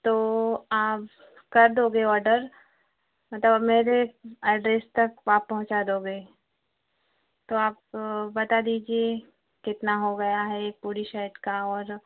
तो आप कर दोगे ऑर्डर मतलब मेरे अड्रेस तक आप पहुँचा दोगे तो आप बता दीजिए कितना हो गया है एक पूरी शेट का और